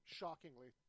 shockingly